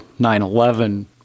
9-11